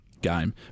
game